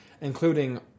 including